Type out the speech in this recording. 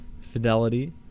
fidelity